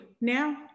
now